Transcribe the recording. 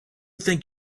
think